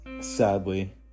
Sadly